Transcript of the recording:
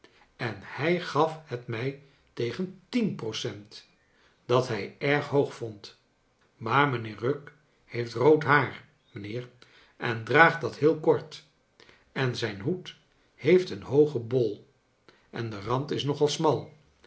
en hij gaf het mij tegen tien procent dat hij erg hoog vond maar mijnheer pugg heeft rood haar mijnheer en draagt dat heel kort en zijn hoed heeft een hoogen bol en de rand is nogal smal